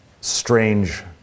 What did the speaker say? strange